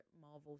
Marvel